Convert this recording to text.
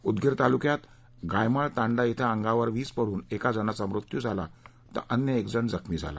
उदगीर तालुक्यात गायमाळ तांडा ॐ अंगावर वीज पडून एक जणाचा मृत्यू झाला तर अन्य एक जण जखमी झाला